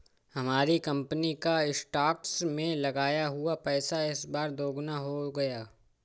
हमारी कंपनी का स्टॉक्स में लगाया हुआ पैसा इस बार दोगुना हो गया